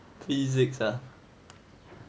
physics ah